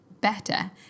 better